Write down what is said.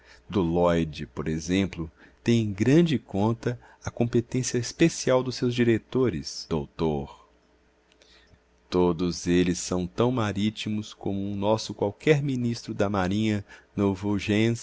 do lloyd por exemplo tem em grande conta a competência especial dos seus diretores doutor todos eles são tão marítimos como um nosso qualquer ministro da marinha